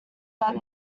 that